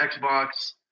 Xbox